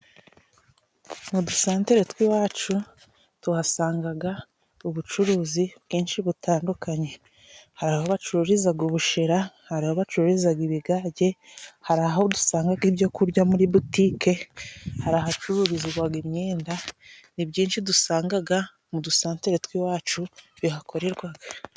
Mu dusantere tw'iwacu tuhasangaga ubucuruzi bwinshi butandukanye. Hari aho bacururizaga ubushera, hari aho bacururizaga ibigage, hari aho dusangaga ibyo kurya muri butike, hari ahacururizwaga imyenda, ni byinshi dusangaga mu dusantere tw'iwacu bihakorerwaga.